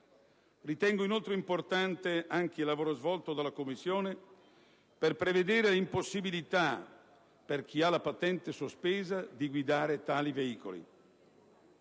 Ritengo inoltre importante anche il lavoro svolto dalla Commissione per prevedere l'impossibilità, per chi ha la patente sospesa, di guidare tali veicoli.